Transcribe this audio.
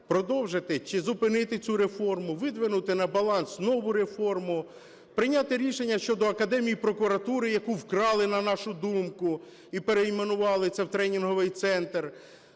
продовжити чи зупинити цю реформу, видвинути на баланс нову реформу, прийняти рішення щодо Академії прокуратури, яку вкрали, на нашу думку, і перейменували це в тренінговий центр,